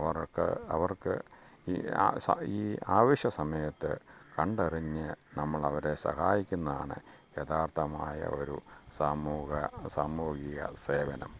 അവർക്ക് അവർക്ക് ഈ അവശ്യ സമയത്ത് കണ്ടറിഞ്ഞ് നമ്മളവരെ സഹായിക്കുന്നതാണ് യഥാർത്ഥമായ ഒരു സമൂഹ സാമൂഹിക സേവനം